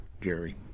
Jerry